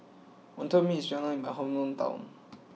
Wonton Mee is well known in my hometown